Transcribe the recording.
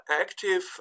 active